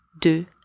de